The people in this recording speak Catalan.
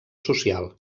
social